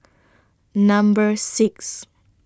Number six